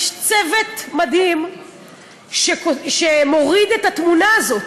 יש צוות מדהים שמוריד את התמונה הזאת.